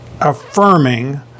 affirming